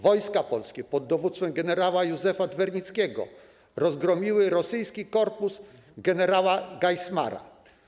Wojska polskie pod dowództwem gen. Józefa Dwernickiego rozgromiły rosyjski korpus gen. Geismara.